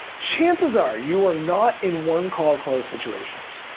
chances are you are not in one call close situations.